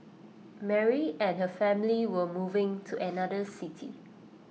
Mary and her family were moving to another city